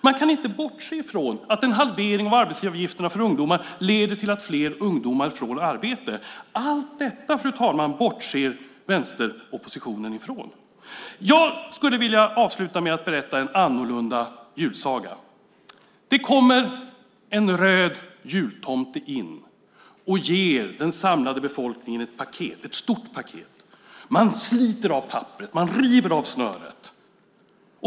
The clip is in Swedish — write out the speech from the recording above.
Man kan inte bortse från att en halvering av arbetsgivaravgifterna för ungdomar leder till att fler ungdomar får arbete. Allt det bortser vänsteroppositionen från. Jag avslutar med att berätta en annorlunda julsaga. Det kommer en röd jultomte in och ger den samlade befolkningen ett stort paket. Man sliter av papperet. Man river av snöret.